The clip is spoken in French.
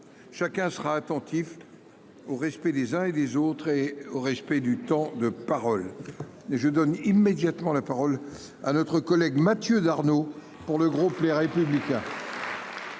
Chacun sera attentif au respect des uns et des autres et au respect du temps de parole et je donne immédiatement la parole à notre collègue Mathieu Darnaud. Pour le groupe Les Républicains.